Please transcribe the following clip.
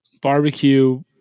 barbecue